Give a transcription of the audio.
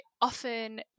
often